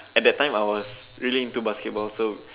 at that time I was really into basketball so